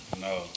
No